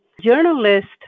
journalist